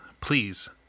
please